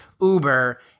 Uber